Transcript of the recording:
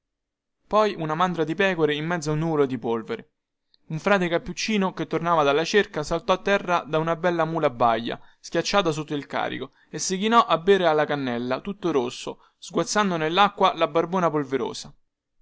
poi una mandra di pecore in mezzo a un nuvolo di polvere un frate cappuccino che tornava dalla cerca saltò a terra da una bella mula baia schiacciata sotto il carico e si chinò a bere alla cannella tutto rosso sguazzando nellacqua la barbona polverosa